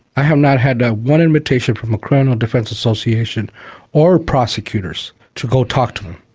i have not had one invitation from a criminal defence association or prosecutors to go talk to them.